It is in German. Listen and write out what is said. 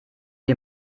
wir